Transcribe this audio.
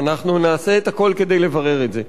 אנחנו נעשה את הכול כדי לברר את זה.